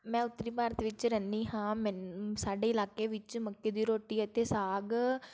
ਮੈਂ ਉੱਤਰੀ ਭਾਰਤ ਵਿੱਚ ਰਹਿੰਦੀ ਹਾਂ ਸਾਡੇ ਇਲਾਕੇ ਵਿੱਚ ਮੱਕੀ ਦੀ ਰੋਟੀ ਅਤੇ ਸਾਗ